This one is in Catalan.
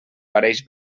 pareix